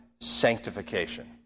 sanctification